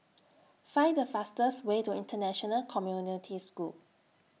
Find The fastest Way to International Community School